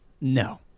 No